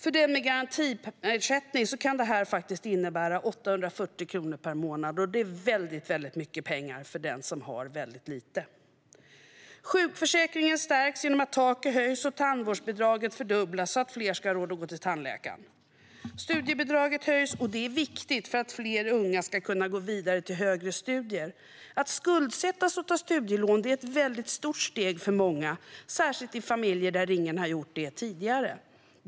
För den med garantiersättning kan detta innebära 840 kronor i månaden, vilket är mycket pengar för den som har lite. Sjukförsäkringen stärks genom att taket höjs, och tandvårdsbidraget fördubblas så att fler ska ha råd att gå till tandläkaren. Studiebidraget höjs, och det är viktigt för att fler unga ska kunna gå vidare till högre studier. Att skuldsätta sig och ta studielån är ett stort steg för många, särskilt i familjer där ingen har gjort det tidigare.